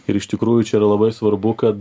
ir iš tikrųjų čia yra labai svarbu kad